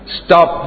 stop